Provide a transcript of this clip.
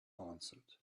answered